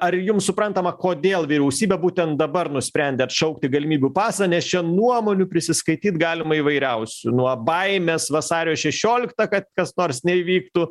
ar jums suprantama kodėl vyriausybė būtent dabar nusprendė atšaukti galimybių pasą nes čia nuomonių prisiskaityt galima įvairiausių nuo baimės vasario šešioliktą kad kas nors neįvyktų